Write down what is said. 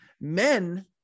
men